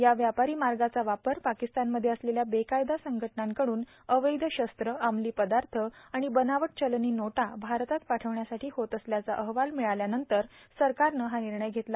या व्यापारां मागांचा वापर पर्याकस्तानमध्ये असलेल्या बेकायदा संघटनांकडून अवैध शस्त्रं अंमलो पदाथ आर्गण बनावट चलनी नोटा भारतात पाठवण्यासाठी होत असल्याचा अहवाल र्मिळाल्यानंतर सरकारनं हा र्मिणय घेतला